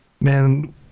Man